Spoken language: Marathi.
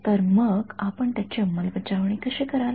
तर मग आपण त्याची अंमलबजावणी कशी कराल